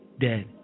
dead